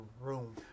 room